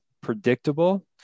predictable